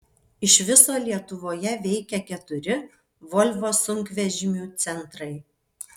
iš viso lietuvoje veikia keturi volvo sunkvežimių centrai